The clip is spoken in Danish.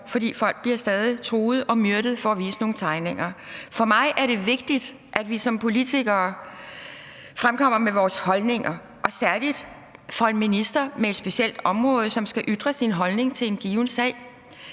for folk bliver stadig truet og myrdet for at vise nogle tegninger. For mig er det vigtigt, at vi som politikere fremkommer med vores holdninger, og særlig en minister på et specielt område skal ytre sin holdning til en given sag.